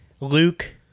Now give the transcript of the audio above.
Luke